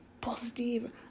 positive